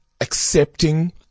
accepting